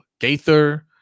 Gaither